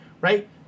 right